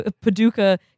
Paducah